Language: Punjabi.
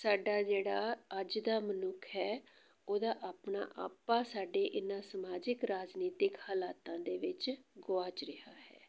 ਸਾਡਾ ਜਿਹੜਾ ਅੱਜ ਦਾ ਮਨੁੱਖ ਹੈ ਉਹਦਾ ਆਪਣਾ ਆਪਾ ਸਾਡੇ ਇਹਨਾਂ ਸਮਾਜਿਕ ਰਾਜਨੀਤਿਕ ਹਾਲਾਤਾਂ ਦੇ ਵਿੱਚ ਗੁਆਚ ਰਿਹਾ ਹੈ